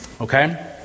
okay